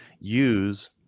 use